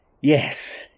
Yes